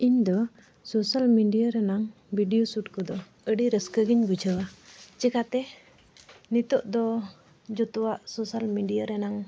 ᱤᱧ ᱫᱚ ᱨᱮᱱᱟᱜ ᱠᱚᱫᱚ ᱟᱹᱰᱤ ᱨᱟᱹᱥᱠᱟᱹᱜᱮᱧ ᱵᱩᱡᱷᱟᱹᱣᱟ ᱪᱮᱠᱟᱛᱮ ᱱᱤᱛᱳᱜ ᱫᱚ ᱡᱚᱛᱚᱣᱟᱜ ᱨᱮᱱᱟᱜ